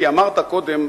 כי אמרת קודם,